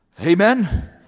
Amen